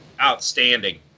outstanding